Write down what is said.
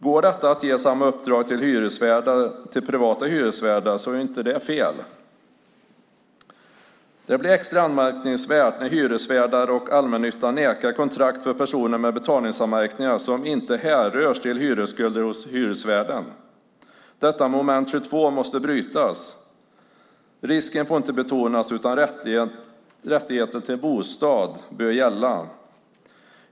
Går det att ge samma uppdrag till privata hyresvärdar är det inte fel. Det blir dock extra anmärkningsvärt när hyresvärdar och allmännyttan nekar kontrakt till personer med betalningsanmärkningar som inte härrör sig till hyresskulder hos hyresvärden. Detta moment 22 måste brytas. Riskerna får inte betonas, utan det är rätten till bostad som bör gälla.